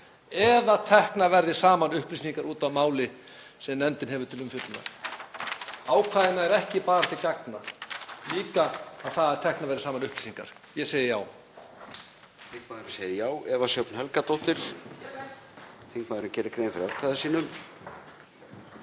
að teknar verði saman upplýsingar út af máli sem nefndin hefur til umfjöllunar …“— ákvæðið nær ekki bara til gagna, líka til þess að teknar verði saman upplýsingar. Ég segi já.